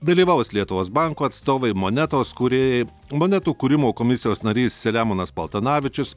dalyvaus lietuvos banko atstovai monetos kūrėjai monetų kūrimo komisijos narys selemonas paltanavičius